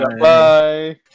Bye